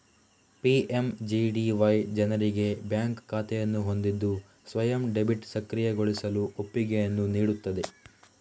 PMGDY ಜನರಿಗೆ bank ಖಾತೆಯನ್ನು ಹೊಂದಿದ್ದು ಸ್ವಯಂ ಡೆಬಿಟ್ ಸಕ್ರಿಯಗೊಳಿಸಲು ಒಪ್ಪಿಗೆಯನ್ನು ನೀಡುತ್ತದೆ